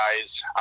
guys